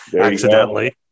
accidentally